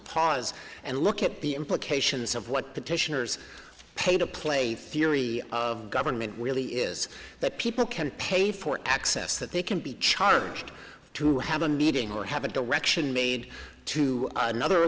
pause and look at the implications of what petitioners pay to play theory of government really is that people can pay for access that they can be charged to have a meeting or have a direction made to another